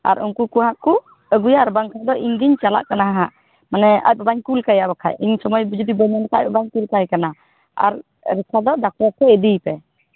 ᱟᱨ ᱩᱱᱠᱩ ᱠᱚ ᱦᱟᱸᱜ ᱠᱚ ᱟᱹᱜᱩᱭᱟ ᱟᱨ ᱵᱟᱝᱠᱷᱟᱱ ᱤᱧ ᱜᱤᱧ ᱪᱟᱞᱟᱜ ᱠᱟᱱᱟ ᱦᱟᱸᱜ ᱢᱟᱱᱮ ᱟᱡ ᱵᱟᱵᱟᱧ ᱠᱩᱞ ᱠᱟᱭᱟ ᱵᱟᱠᱷᱟᱡ ᱤᱧ ᱥᱚᱢᱚᱭ ᱡᱩᱫᱤ ᱵᱟᱹᱧ ᱧᱟᱢ ᱠᱷᱟᱱ ᱟᱡ ᱵᱟᱵᱟᱧ ᱠᱩᱞ ᱠᱟᱭ ᱠᱟᱱᱟ ᱟᱨ ᱨᱮᱠᱷᱟ ᱫᱚ ᱰᱟᱠᱴᱚᱨ ᱴᱷᱮᱡ ᱤᱫᱤᱭᱮᱯᱮ ᱤᱫᱤᱭᱮᱯᱮ